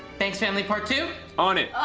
banks family part two? on it.